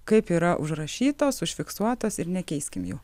kaip yra užrašytos užfiksuotas ir nekeiskim jų